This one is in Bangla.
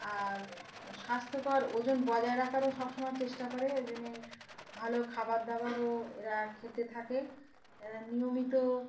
আর স্বাস্থ্যকর ওজন বজায় রাখারও সব সময় চেষ্টা করে ওই জন্য ভালো খাবার দাবারও এরা খেতে থাকে নিয়মিত